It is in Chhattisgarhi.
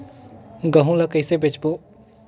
गहूं ला कइसे बेचबो?